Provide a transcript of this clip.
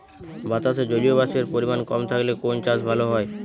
বাতাসে জলীয়বাষ্পের পরিমাণ কম থাকলে কোন চাষ ভালো হয়?